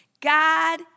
God